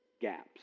gaps